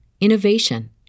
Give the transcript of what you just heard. innovation